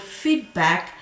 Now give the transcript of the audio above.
feedback